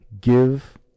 give